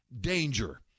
danger